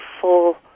full